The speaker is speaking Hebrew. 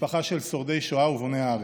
משפחה של שורדי שואה ובוני הארץ,